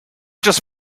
just